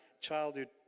childhood